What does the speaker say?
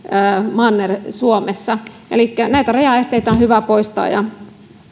manner suomessa elikkä näitä rajaesteitä on hyvä poistaa